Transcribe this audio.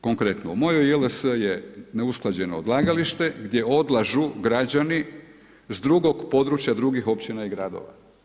Konkretno, u mojoj JLS je neusklađeno odlagalište gdje odlažu građani s drugog područja drugih općina i gradova.